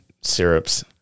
syrups